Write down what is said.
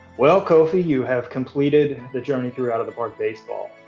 well, kofie you have completed the journey through out of the park baseball.